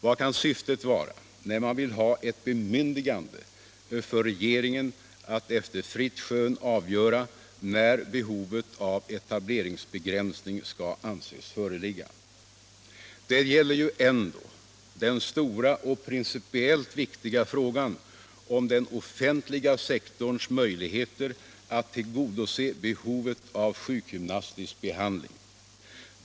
Vad kan syftet vara då man vill ha ett bemyndigande för regeringen att efter fritt skön avgöra när behovet av etableringsbegränsning skall anses föreligga? Det gäller ju ändå den stora och principiellt viktiga frågan om den offentliga sektorns möjligheter att tillgodose behovet av sjukgymnastisk behandling.